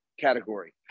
category